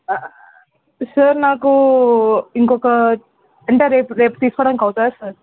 sir నాకు ఇంకొక అంటే రేపు రేపు తీసుకోవడానికి అవుతుందా సార్